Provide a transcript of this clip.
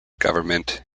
government